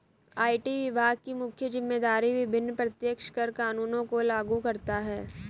IT विभाग की मुख्य जिम्मेदारी विभिन्न प्रत्यक्ष कर कानूनों को लागू करता है